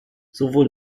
sowohl